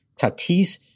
Tatis